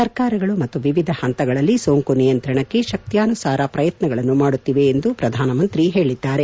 ಸರ್ಕಾರಗಳು ಮತ್ತು ವಿವಿಧ ಪಂತಗಳಲ್ಲಿ ಸೋಂಕು ನಿಯಂತ್ರಣಕ್ಕೆ ಶಕ್ತಾನುಸಾರ ಪ್ರಯತ್ನಗಳನ್ನು ಮಾಡುತ್ತಿವೆ ಎಂದು ಪ್ರಧಾನಮಂತ್ರಿ ಹೇಳಿದ್ದಾರೆ